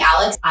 Alex